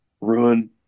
ruin